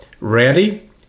ready